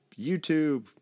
YouTube